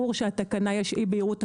ברור שיש אי בהירות בה,